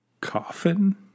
Coffin